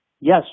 Yes